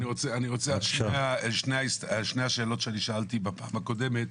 אני רוצה לגבי שתי השאלות ששאלתי בפעם הקודמת.